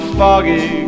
foggy